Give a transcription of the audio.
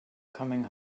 coming